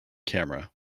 camera